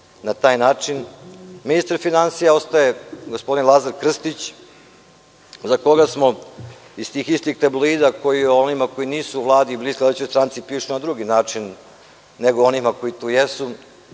na taj način. Ministar finansija ostaje gospodin Lazar Krstić, za koga smo iz tih istih tabloida koji o onima koji nisu u Vladi i bliski vladajućoj stranci pišu na drugi način nego o onima koji to jesu,